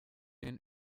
and